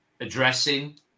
addressing